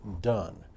done